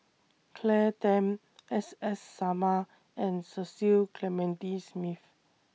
Claire Tham S S Sarma and Cecil Clementi Smith